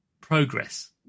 progress